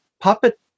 puppet